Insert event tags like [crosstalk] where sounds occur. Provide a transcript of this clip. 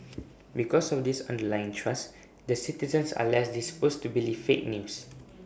[noise] because of this underlying trust their citizens are less disposed to believe fake news